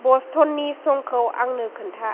बस्टननि समखौ आंनो खोन्था